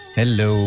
Hello